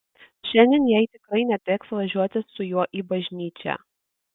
šiandien jai tikrai neteks važiuoti su juo į bažnyčią